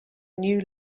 new